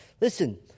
Listen